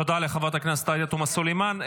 תודה לחברת הכנסת עאידה תומא סלימאן.